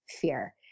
Fear